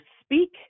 speak